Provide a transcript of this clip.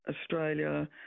Australia